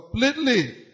completely